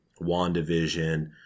wandavision